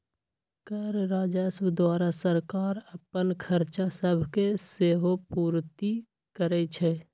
कर राजस्व द्वारा सरकार अप्पन खरचा सभके सेहो पूरति करै छै